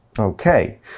Okay